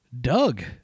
Doug